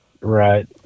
Right